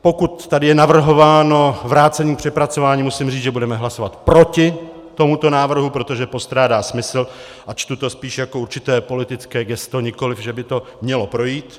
Pokud je tady navrhováno vrácení, přepracování, musím říct, že budeme hlasovat proti tomuto návrhu, protože postrádá smysl a čtu to spíš jako určité politické gesto, nikoliv že by to mělo projít.